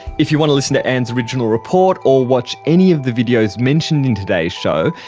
if you want to listen to ann's original report or watch any of the videos mentioned in today's show,